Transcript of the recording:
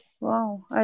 Wow